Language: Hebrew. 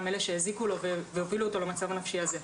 אלה שהזיקו לו והובילו אותו למצב הנפשי הזה.